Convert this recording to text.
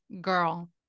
girl